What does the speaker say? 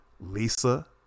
Lisa